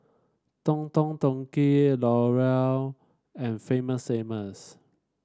Don Don Donki L'Oreal and Famous Amos